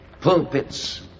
pulpits